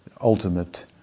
ultimate